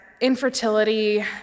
infertility